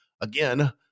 Again